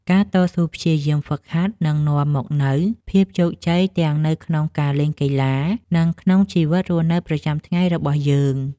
ការតស៊ូព្យាយាមហ្វឹកហាត់នឹងនាំមកនូវភាពជោគជ័យទាំងនៅក្នុងការលេងកីឡា និងក្នុងជីវិតរស់នៅប្រចាំថ្ងៃរបស់យើង។